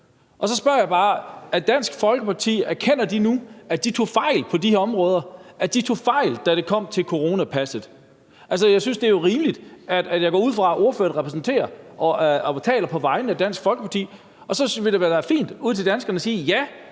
Og så spørger jeg bare: Erkender Dansk Folkeparti nu, at de tog fejl på de her områder, at de tog fejl, da det kom til coronapasset? Altså, jeg synes jo, det er rimeligt at spørge om det. Jeg går ud fra, at ordføreren repræsenterer og taler på vegne af Dansk Folkeparti, og så vil det da være fint at sige ud til danskerne: Ja, vi tog